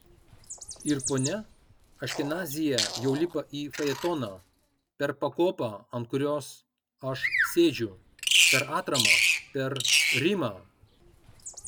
ir ponia aškenazyje jau lipa į fajetoną per pakopą ant kurios aš sėdžiu per atramą per rimą